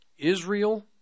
Israel